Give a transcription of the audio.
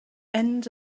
end